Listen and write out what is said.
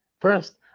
First